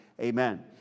amen